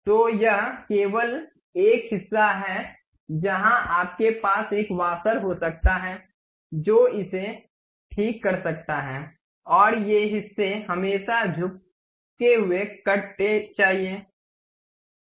तो यह केवल एक हिस्सा है जहाँ आपके पास एक वॉशर हो सकता है जो इसे ठीक कर सकता है और ये हिस्से हमेशा झुके हुए कट चाहिए